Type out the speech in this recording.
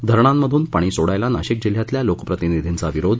धरणांमधून पाणी सोडण्यास नाशिक जिल्ह्यातील लोकप्रतिनिधीचा विरोध